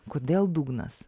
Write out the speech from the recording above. kodėl dugnas